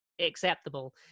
acceptable